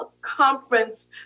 Conference